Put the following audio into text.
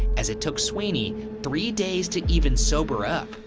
as it took sweeney three days to even sober up.